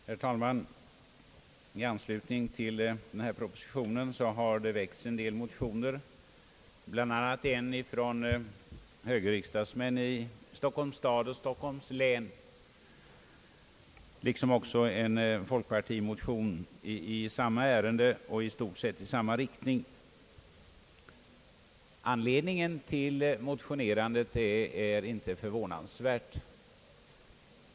Herr talman! I anslutning till denna proposition har väckts en del motioner, bl.a. en ifrån högerriksdagsmän i Stockholms stad och Stockholms län, liksom också en folkpartimotion i samma ärende och i stort sett samma riktning. Anledningen till motionerandet är inte förvånansvärt.